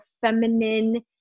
feminine